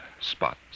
spots